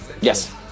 Yes